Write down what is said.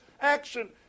action